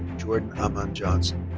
jordan amman johnson.